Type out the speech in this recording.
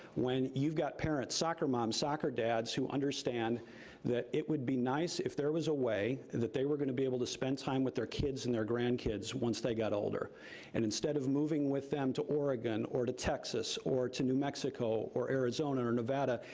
when you've got parents, soccer moms, soccer dads, who understand that it would be nice if there was a way that they were gonna be able to spend time with their kids and their grandkids once they got older and instead of moving with them to oregon or to texas or to new mexico or arizona or nevada,